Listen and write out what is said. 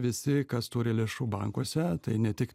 visi kas turi lėšų bankuose tai ne tik